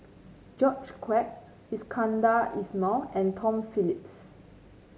George Quek Iskandar Ismail and Tom Phillips